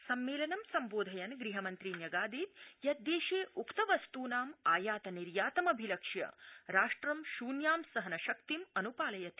सम्मेलनं सम्बोधयन् गृहमन्त्री न्यगादीत् यत् देशे उक्तवस्तुनाम् आयात निर्यातमभिलक्ष्य राष्ट्रं शृन्यां सहन शक्ति अनुपालयति